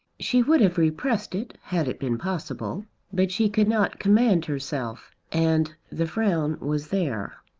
she would have repressed it had it been possible but she could not command herself, and the frown was there.